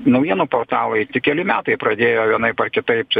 naujienų portalai tik keli metai pradėjo vienaip ar kitaip